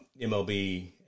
MLB